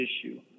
issue